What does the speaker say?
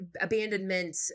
abandonment